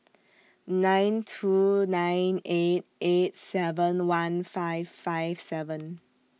nine two nine eight eight seven one five five seven